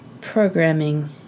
programming